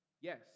Yes